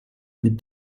mit